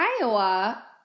Iowa